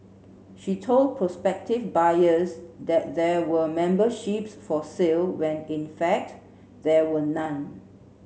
she told prospective buyers that there were memberships for sale when in fact there were none